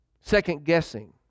second-guessing